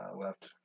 left